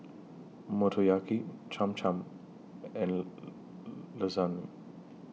Motoyaki Cham Cham and Lasagne